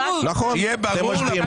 אתם מצביעים בעד ההשבחה, נכון.